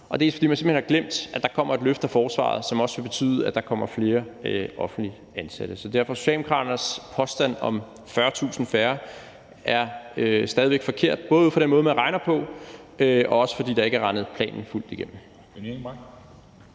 Og det er, fordi man simpelt hen har glemt, at der kommer et løft af forsvaret, som også vil betyde, at der kommer flere offentligt ansatte. Så derfor er Socialdemokraternes påstand om 40.000 færre ansatte stadig væk forkert – både i forhold til den måde, man regner på, og også fordi planen ikke er blevet regnet fuldt igennem.